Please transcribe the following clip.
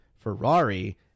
Ferrari